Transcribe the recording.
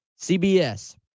CBS